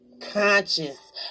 conscious